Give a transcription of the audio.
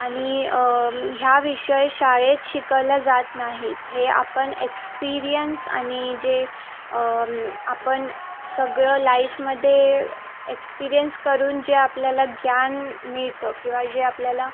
आणि ह्या विषय शाळेत शिकवला जात नाही हे आपण एक्स्पिरियन्स आणि जे आपण सगळं लाईफमध्ये एक्स्पिरियन्स करून जे आपल्याला ज्ञान मिळतं किंवा जे आपल्याला